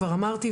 כבר אמרתי,